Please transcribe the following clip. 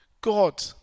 God